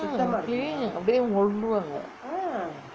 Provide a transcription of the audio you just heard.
clean அப்டியே மொண்டுவாங்கே:apdiye monduvaangae